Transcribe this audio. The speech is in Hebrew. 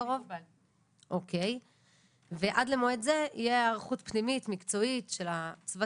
את מי זה מכליל שם